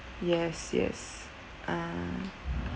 yes yes ah